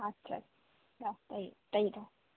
আচ্ছা দাও তাই তাইই দাও